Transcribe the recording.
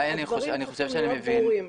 אני חושב שאני מבין.